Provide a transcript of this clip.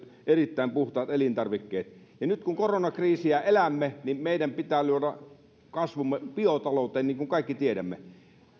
erittäin puhtaat elintarvikkeet nyt kun koronakriisiä elämme meidän pitää luoda kasvumme biotaloudesta niin kuin kaikki tiedämme